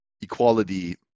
equality